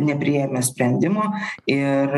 nepriėmę sprendimo ir